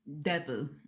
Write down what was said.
Devil